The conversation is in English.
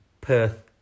Perth